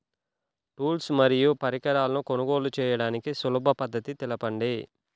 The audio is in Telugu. టూల్స్ మరియు పరికరాలను కొనుగోలు చేయడానికి సులభ పద్దతి తెలపండి?